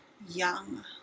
young